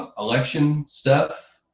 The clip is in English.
ah election stuff,